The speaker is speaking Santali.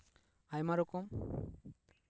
ᱟᱭᱢᱟ ᱨᱚᱠᱚᱢ